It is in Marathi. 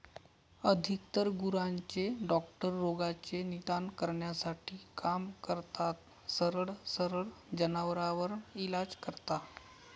अधिकतर गुरांचे डॉक्टर रोगाचे निदान करण्यासाठी काम करतात, सरळ सरळ जनावरांवर इलाज करता